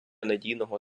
надійного